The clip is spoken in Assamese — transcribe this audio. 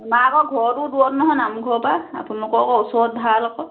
আমাৰ আকৌ ঘৰটোও দূৰত নহয় নামঘৰৰপৰা আপোনালোকৰ আকৌ ওচৰত ভাল আকৌ